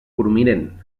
prominent